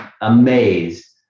amazed